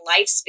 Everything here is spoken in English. lifespan